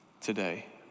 today